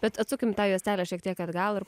bet atsukim tą juostelę šiek tiek atgal ir